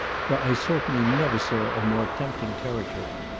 for i certainly never saw a more tempting territory.